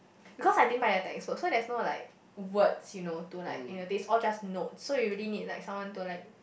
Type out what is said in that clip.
because I didn't buy the textbooks so there is no like words you know to like you know is all just notes so you really need someone to like